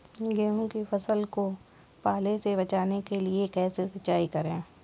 गेहूँ की फसल को पाले से बचाने के लिए कैसे सिंचाई करें?